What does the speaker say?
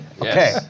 Okay